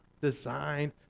designed